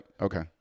okay